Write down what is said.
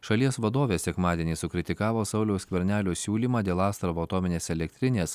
šalies vadovė sekmadienį sukritikavo sauliaus skvernelio siūlymą dėl astravo atominės elektrinės